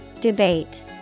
Debate